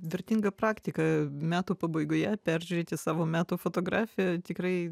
vertinga praktika metų pabaigoje peržiūrėti savo metų fotografiją tikrai